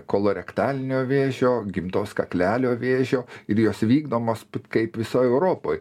kolorektalinio vėžio gimdos kaklelio vėžio ir jos vykdomos kaip visoj europoj